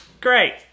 Great